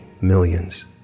Millions